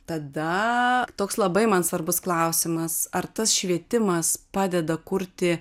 tada toks labai man svarbus klausimas ar tas švietimas padeda kurti